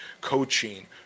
coaching